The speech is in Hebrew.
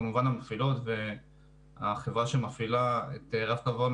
כמובן --- והחברה שמפעילה את רב-קו און